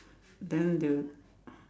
then they'll